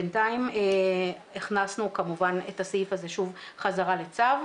בינתיים הכנסנו כמובן את הסעיף הזה שוב חזרה לצו,